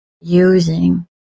using